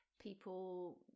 people